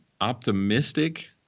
optimistic